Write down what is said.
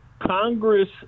Congress